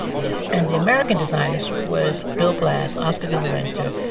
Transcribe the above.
yes. and the american designers was bill blass, oscar de la renta,